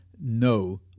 no